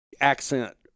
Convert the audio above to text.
accent